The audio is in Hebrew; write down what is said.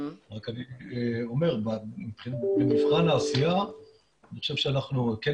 רק אני אומר במבחן העשייה אני חושב שאנחנו כן